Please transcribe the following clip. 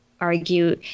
argue